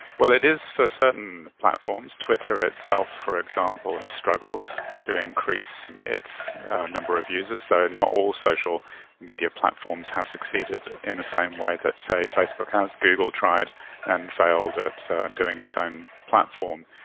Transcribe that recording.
well, it is for certain platforms. twitter itself, for example, has struggled to increase its number of users. so not all social media platforms have succeeded in the same way that say facebook um has. google tried and failed at doing its own platform.